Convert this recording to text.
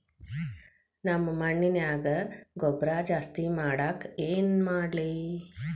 ನಮ್ಮ ಮಣ್ಣಿನ್ಯಾಗ ಗೊಬ್ರಾ ಜಾಸ್ತಿ ಮಾಡಾಕ ಏನ್ ಮಾಡ್ಲಿ?